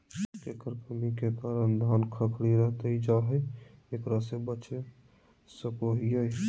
केकर कमी के कारण धान खखड़ी रहतई जा है, एकरा से कैसे बचा सको हियय?